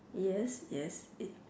yes yes is